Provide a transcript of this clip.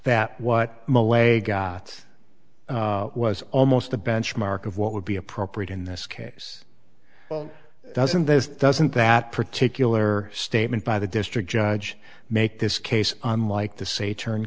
that what the way got was almost the benchmark of what would be appropriate in this case doesn't this doesn't that particular statement by the district judge make this case unlike to say turn